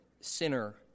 sinner